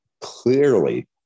clearly